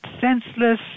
senseless